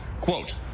quote